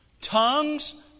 Tongues